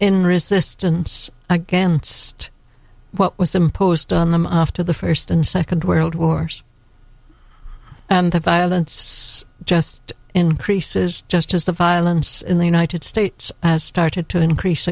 in resistance against what was imposed on them off to the first and second world wars and the violence just increases just as the violence in the united states has started to increase